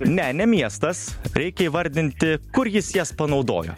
ne ne miestas reikia įvardinti kur jis jas panaudojo